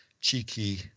cheeky